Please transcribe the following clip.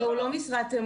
לא, הוא לא משרת אמון.